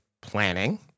planning